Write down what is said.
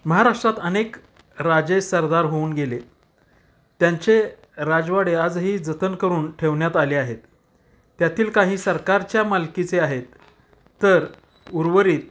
महाराष्ट्रात अनेक राजे सरदार होऊन गेले त्यांचे राजवाडे आजही जतन करून ठेवण्यात आले आहेत त्यातील काही सरकारच्या मालकीचे आहेत तर उर्वरित